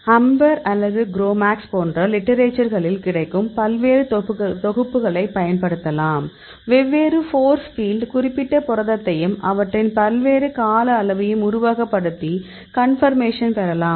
amber அல்லது Gromacs போன்ற லிட்டரேச்சர்களில் கிடைக்கும் பல்வேறு தொகுப்புகளைப் பயன்படுத்தலாம் வெவ்வேறு போர்ஸ் பீல்ட் குறிப்பிட்ட புரதத்தையும் அவற்றின் பல்வேறு கால அளவையும் உருவகப்படுத்தி கன்பர்மேஷன் பெறலாம்